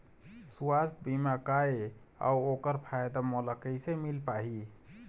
सुवास्थ बीमा का ए अउ ओकर फायदा मोला कैसे मिल पाही?